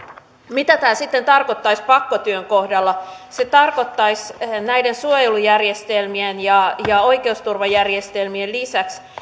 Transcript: mitä tämä sitten tarkoittaisi pakkotyön kohdalla se tarkoittaisi näiden suojelujärjestelmien ja ja oikeusturvajärjestelmien lisäksi